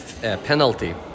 penalty